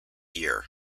year